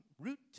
route